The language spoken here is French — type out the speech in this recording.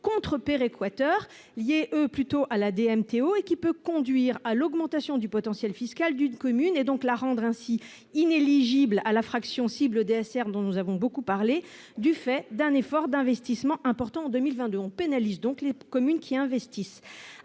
contre Peer Equateur liées plutôt à la DMTO et qui peut conduire à l'augmentation du potentiel fiscal d'une commune et donc la rendre ainsi inéligible à la fraction cible DSR dont nous avons beaucoup parlé du fait d'un effort d'investissements importants en 2022 on pénalise donc les communes qui investissent